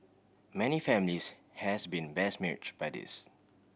many families has been besmirch by this